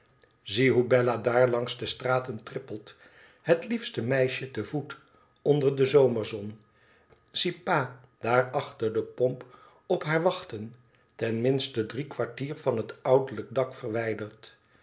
bella daar langs de straten trippelt het liefete meisje te voet onder de zomerzon zie pa daar achter de pomp op haar wachten ten minste drie kwartier van het ouderlijk dak verwijderd